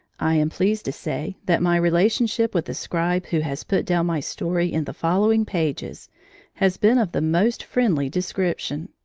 i am pleased to say that my relationship with the scribe who has put down my story in the following pages has been of the most friendly description.